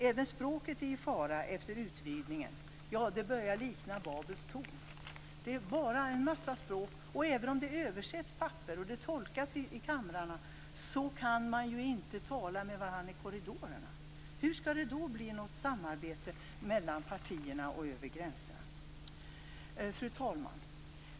Även språket är i fara efter utvidgningen. Det börjar likna Babels torn. Det är bara en massa språk. Även om papper översätts och det tolkas i kamrarna kan man inte tala med varandra i korridorerna. Hur skall det då bli något samarbete mellan partierna och över gränserna? Fru talman!